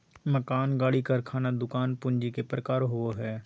मकान, गाड़ी, कारखाना, दुकान पूंजी के प्रकार होबो हइ